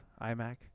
iMac